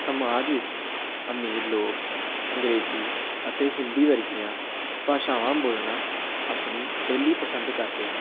ਸਮਾਜ ਵਿੱਚ ਅਮੀਰ ਲੋਕ ਅੰਗਰੇਜ਼ੀ ਅਤੇ ਹਿੰਦੀ ਵਰਗੀਆਂ ਭਾਸ਼ਾਵਾਂ ਬੋਲਣਾ ਆਪਣੀ ਪਹਿਲੀ ਪਸੰਦ ਕਰਦੇ ਹਨ